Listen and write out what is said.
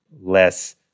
less